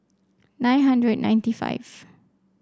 nine hundred and ninety five